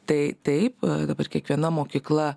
tai taip dabar kiekviena mokykla